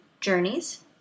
journeys